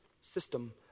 system